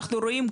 אנחנו רואים,